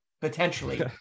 potentially